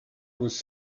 was